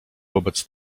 wobec